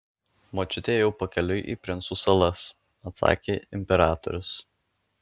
močiutė jau pakeliui į princų salas atsakė imperatorius